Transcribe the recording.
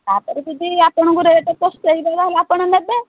ତା'ପରେ ଯଦି ଆପଣଙ୍କୁ ରେଟ୍ ପୋଷେଇଲା ତା'ହେଲେ ଆପଣ ନେବେ